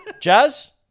Jazz